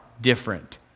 different